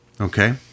Okay